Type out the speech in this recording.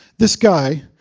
this guy,